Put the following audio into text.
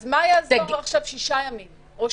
אז מה יעזרו לנו עכשיו 6 ימים או שבוע?